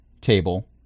table